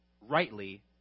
rightly